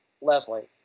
Leslie